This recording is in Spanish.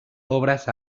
obras